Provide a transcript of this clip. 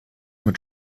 mit